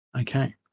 Okay